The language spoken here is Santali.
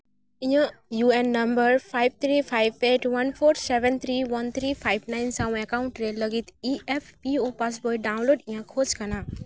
ᱤᱧᱟᱹᱜ U N number five three five eight one four seven three one three five nine ᱥᱟᱶ ᱮᱠᱟᱣᱩᱱᱴ ᱨᱮ ᱞᱟᱹᱜᱤᱫ E F U passbook download ᱤᱧ ᱠᱷᱚᱡᱽ ᱠᱟᱱᱟ